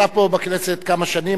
אני נמצא פה בכנסת כמה שנים,